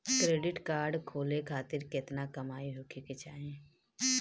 Credit card खोले खातिर केतना कमाई होखे के चाही?